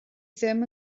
ddim